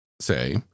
say